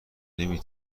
نمی